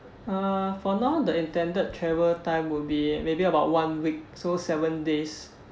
uh for now the intended travel time would be maybe about one week so seven days